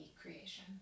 creation